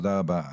תודה רבה.